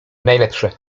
najlepsze